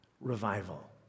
revival